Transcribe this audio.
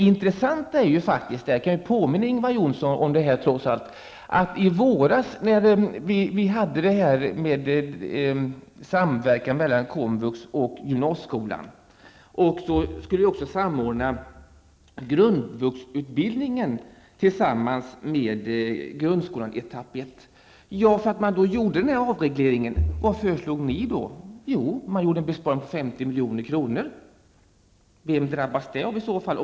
Jag vill påminna Ingvar Johnsson om behandlingen i våras av frågan om samverkan mellan komvux och gymnasieskolan och samordningen mellan grundvuxutbildningen och grundskolan i etapp 1. I detta sammanhang gjordes en besparing på 50 milj.kr. Vem drabbade det i så fall?